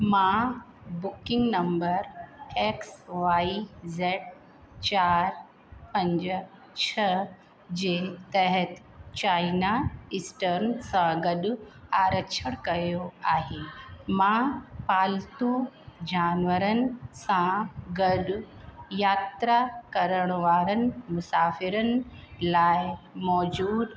मां booking number X Y Z चारि पंज छह जे तहत चाइना इस्टर्न सां गॾु आरक्षण कयो आहे मां पालतू जानवरनि सां गॾु यात्रा करणु वारनि मुसाफ़िरनि लाइ मौज़ूद